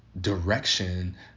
direction